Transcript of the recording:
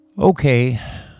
Okay